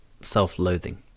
self-loathing